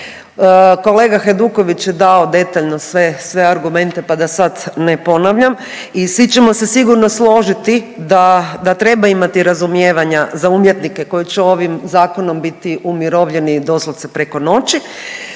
Kolega Hajduković je dao detaljno sve, sve argumente, pa da sad ne ponavljam i svi ćemo se sigurno složiti da, da treba imati razumijevanja za umjetnike koji će ovim zakonom biti umirovljeni doslovce preko noći,